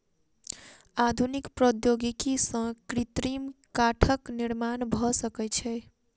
आधुनिक प्रौद्योगिकी सॅ कृत्रिम काठक निर्माण भ सकै छै